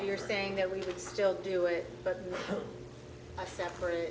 you're saying that we could still do it but i separate